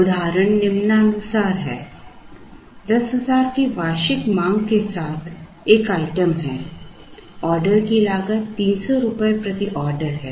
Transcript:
उदाहरण निम्नानुसार है 10000 की वार्षिक मांग के साथ एक आइटम है ऑर्डर की लागत 300 रुपये प्रति ऑर्डर है